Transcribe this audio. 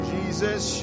Jesus